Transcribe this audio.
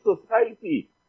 society